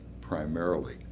primarily